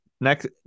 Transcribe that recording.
Next